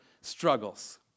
struggles